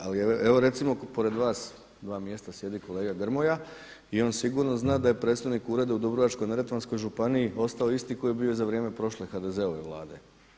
Ali evo recimo pored vas dva mjesta sjedi kolega Grmoja i on sigurno zna da je predstojnik Ureda u Dubrovačko-neretvanskoj županiji ostao isto koji je bio i za vrijeme prošle HDZ-ove Vlade.